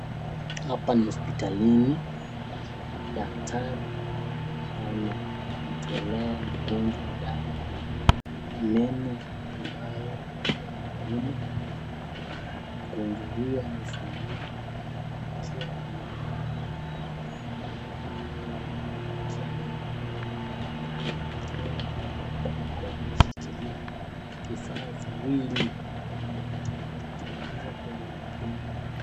Hapa ni hospitalini, daktari anamtolea mgonjwa dawa ya meno ambayo yanauma. Mgonjwa huyu amefungua meno akiwa amelala akiangalia daktari. Daktari amevalia barakoa ameshikilia vifaa viwili akiingiza kwenye mdomo.